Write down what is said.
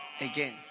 again